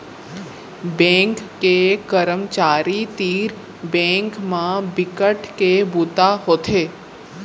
bank के करमचारी तीर बेंक म बिकट के बूता होथे